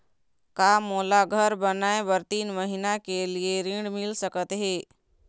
का मोला घर बनाए बर तीन महीना के लिए ऋण मिल सकत हे?